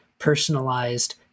personalized